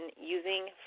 using